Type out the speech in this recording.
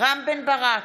רם בן ברק,